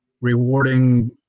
rewarding